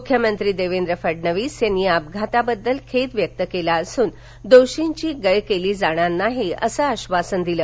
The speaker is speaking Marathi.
मुख्यमंत्री देवेंद्र फडणवीस यांनी या अपघाताबद्दल खेद व्यक्त केला असून दोषींची गय केली जाणार नाही असं आधासन दिलं